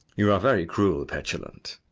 you are very cruel, petulant.